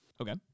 Okay